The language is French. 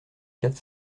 quatre